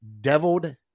deviled